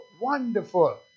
wonderful